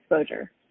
exposure